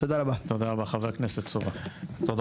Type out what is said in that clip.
תודה רבה.